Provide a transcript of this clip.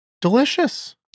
Delicious